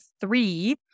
three